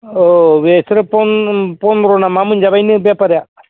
अ बिसोरो फन्द्र' ना मा मोनजाबायनो बेपारिया